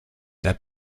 der